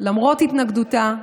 למרות התנגדותה,